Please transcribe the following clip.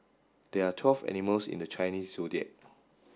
there are twelve animals in the Chinese Zodiac